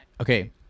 okay